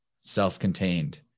self-contained